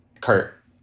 Kurt